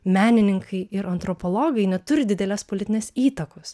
menininkai ir antropologai neturi didelės politinės įtakos